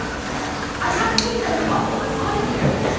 yes. i'm not saying that it's awful, i'm on it gary.